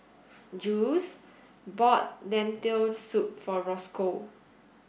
Jules bought Lentil soup for Rosco